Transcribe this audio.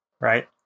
right